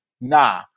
nah